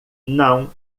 não